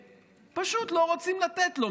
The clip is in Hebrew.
ופשוט לא רוצים לתת לו.